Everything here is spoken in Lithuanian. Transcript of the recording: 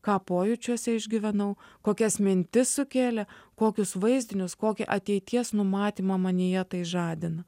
ką pojūčiuose išgyvenau kokias mintis sukėlė kokius vaizdinius kokį ateities numatymą manyje tai žadina